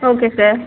okay sir